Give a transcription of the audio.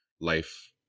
life